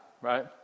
right